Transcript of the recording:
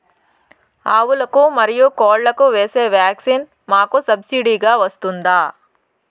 ఆవులకు, మరియు కోళ్లకు వేసే వ్యాక్సిన్ మాకు సబ్సిడి గా వస్తుందా?